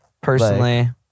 personally